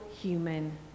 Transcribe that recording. human